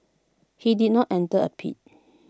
he did not enter A plea